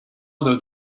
other